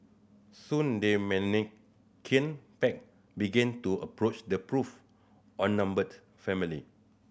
soon the menacing pack began to approach the poor outnumbered family